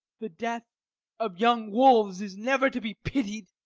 the death of young wolves is never to be pitied.